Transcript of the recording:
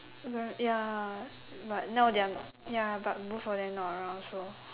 mm ya but now they are ya but both of them not around so